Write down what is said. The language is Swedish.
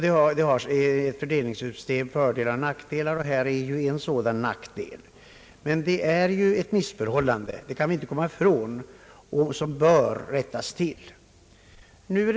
Ett sådant har fördelar och nackdelar, och här är en nackdel. Man kan inte komma ifrån att detta är ett missförhållande, och det bör rättas till.